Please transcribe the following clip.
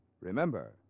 Remember